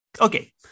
Okay